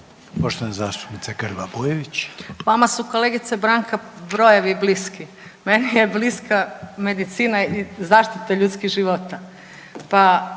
**Grba-Bujević, Maja (HDZ)** Vama su kolegice Branka brojevi bliski. Meni je bliska medicina i zaštita ljudskih života.